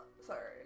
Sorry